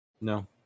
No